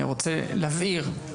רוצה להבהיר.